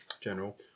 general